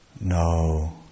no